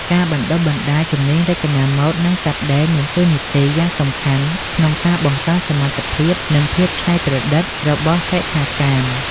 ការបណ្តុះបណ្តាលជំនាញរចនាម៉ូដ និងកាត់ដេរមានតួនាទីយ៉ាងសំខាន់ក្នុងការ បង្កើនសមត្ថភាព និងភាពច្នៃប្រឌិត របស់សិក្ខាកាម។